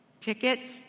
tickets